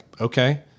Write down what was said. okay